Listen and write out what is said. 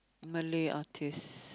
Malay artistes